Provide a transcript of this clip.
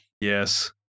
yes